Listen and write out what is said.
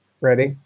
Ready